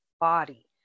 body